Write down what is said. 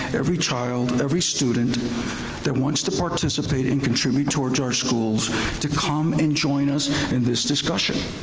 every child, every student that wants to participate and contribute towards our schools to come and join us and this discussion.